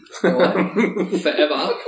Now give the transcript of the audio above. forever